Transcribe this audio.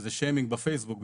שיימינג בפייסבוק.